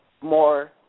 more